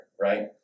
Right